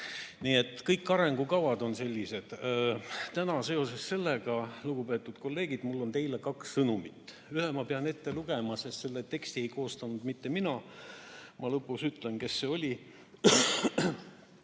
täna."Kõik arengukavad on sellised. Täna on mul seoses sellega, lugupeetud kolleegid, teile kaks sõnumit. Ühe ma pean ette lugema, sest selle teksti ei koostanud mitte mina. Ma lõpus ütlen, kes see oli.